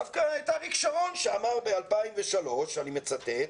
דווקא את אריק שרון, שאמר ב-2003, אני מצטט: